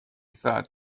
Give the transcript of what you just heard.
thought